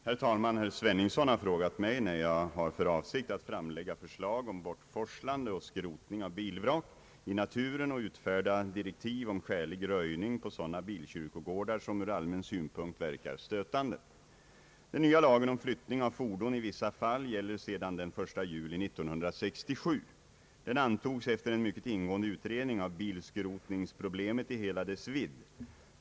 Herr talman! Herr Sveningsson har frågat mig, när jag har för avsikt att framlägga förslag om bortforslande och skrotning av bilvrak i naturen och utfärda direktiv om skälig röjning på sådana bilkyrkogårdar som ur allmän synpunkt verkar stötande. Den nya lagen om flyttning av fordon i vissa fall gäller sedan den 1 juli 1967. Den antogs efter en mycket ingående utredning av bilskrotningsproblemet i hela dess vidd.